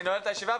אני נועל את ישיבה.